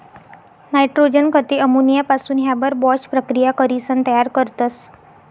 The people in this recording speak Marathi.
नायट्रोजन खते अमोनियापासून हॅबर बाॅश प्रकिया करीसन तयार करतस